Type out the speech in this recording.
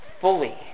fully